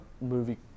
movie